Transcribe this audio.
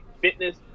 Fitness